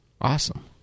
Awesome